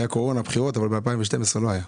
היה קורונה, בחירות, אבל ב-2012 לא היה.